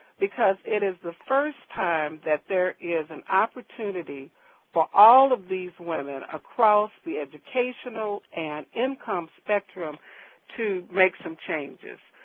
because it is the first time that there is an opportunity for all of these women across the educational and income spectrum to make some changes.